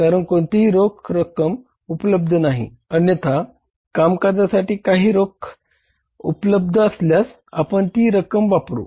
कारण कोणतीही रोख रक्कम उपलब्ध नाही अन्यथा कामकाजासाठी काही रोख उपलब्ध असल्यास आपण ती रक्कम वापरू